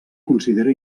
considera